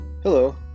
Hello